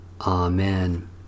Amen